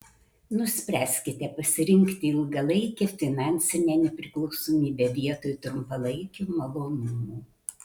nuspręskite pasirinkti ilgalaikę finansinę nepriklausomybę vietoj trumpalaikių malonumų